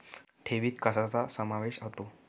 ठेवीत कशाचा समावेश होतो?